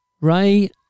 Ray